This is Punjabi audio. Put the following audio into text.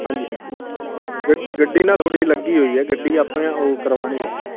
ਹਾਂਜੀ ਹਾਂਜੀ ਗਡ ਗੱਡੀ ਨਾ ਥੋੜ੍ਹੀ ਜਿਹੀ ਲੱਗੀ ਹੋਈ ਹੈ ਗੱਡੀ ਆਪਣੇ ਉਹ ਕਰਵਾਉਣੀ ਹੈ